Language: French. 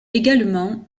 également